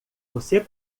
você